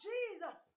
Jesus